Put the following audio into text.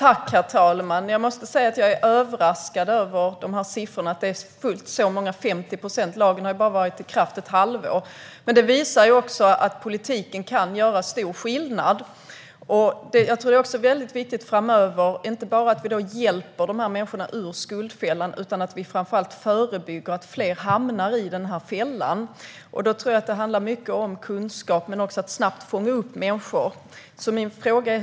Herr talman! Jag måste säga att jag är överraskad över de siffror som visar att det är så många som 50 procent fler. Lagen har ju bara varit i kraft ett halvår. Detta visar också att politiken kan göra stor skillnad. Jag tror också att det är väldigt viktigt framöver inte bara att vi hjälper de här människorna ur skuldfällan utan att vi framför allt förebygger att fler hamnar i den här fällan. Då tror jag att det handlar mycket om kunskap men också om att snabbt fånga upp människor.